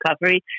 recovery